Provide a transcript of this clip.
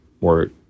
more